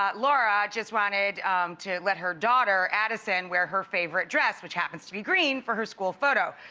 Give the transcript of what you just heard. ah laura just wanted to let her daughter, adison, wear her favorite dress, which happens to be green for her school photo.